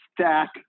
stack